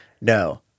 no